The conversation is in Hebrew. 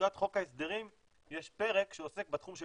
שבטיוטת חוק ההסדרים יש פרק שעוסק בתחום של